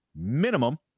minimum